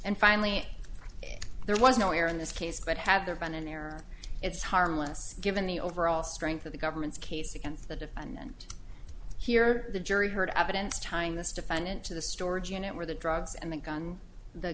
and finally there was no error in this case but have there been an error it's harmless given the overall strength of the government's case against the defendant here the jury heard evidence tying this defendant to the storage unit where the drugs and the gun the